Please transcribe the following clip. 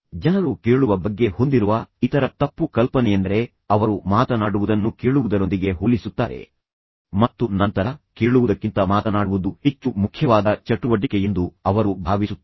ಜನರು ಕೇಳುವ ಬಗ್ಗೆ ಹೊಂದಿರುವ ಇತರ ತಪ್ಪು ಕಲ್ಪನೆಯೆಂದರೆ ಅವರು ಮಾತನಾಡುವುದನ್ನು ಕೇಳುವುದರೊಂದಿಗೆ ಹೋಲಿಸುತ್ತಾರೆ ಮತ್ತು ನಂತರ ಕೇಳುವುದಕ್ಕಿಂತ ಮಾತನಾಡುವುದು ಹೆಚ್ಚು ಮುಖ್ಯವಾದ ಚಟುವಟಿಕೆ ಎಂದು ಅವರು ಭಾವಿಸುತ್ತಾರೆ